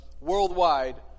worldwide